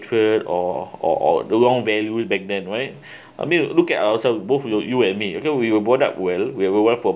hatred or or or the wrong values back then right I mean look at ourself both you and me you can we were born up well we were born up